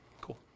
Cool